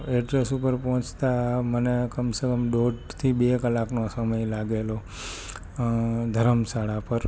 address ઉપર પહોંચતા મને કમ સે કમ દોઢથી બે કલાકનો સમય લાગેલો ધર્મશાળા પર